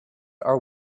are